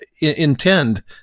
intend